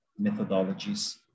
methodologies